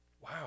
Wow